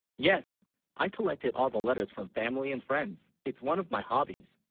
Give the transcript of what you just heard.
yes i collected all the letters from family and friends it's one of my hobbies